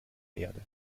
erde